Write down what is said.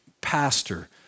pastor